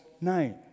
name